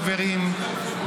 חברים,